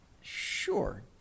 Sure